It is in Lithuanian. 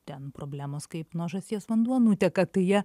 ten problemos kaip nuo žąsies vanduo nuteka tai jie